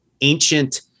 ancient